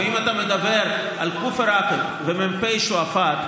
ואם אתה מדבר על כפר עקב ומ"פ שועפאט,